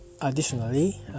Additionally